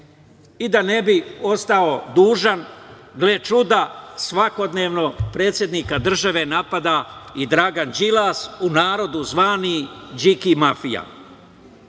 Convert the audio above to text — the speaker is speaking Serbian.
ne bih ostao dužan, gle čuda, svakodnevno predsednika države napada i Dragan Đilas, u narodu zvani Điki mafija.